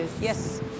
Yes